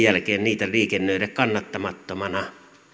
jälkeen niitä liikennöidä kannattamattomina